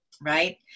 Right